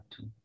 two